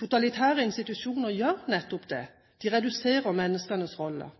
Totalitære institusjoner gjør nettopp det. De reduserer menneskenes roller.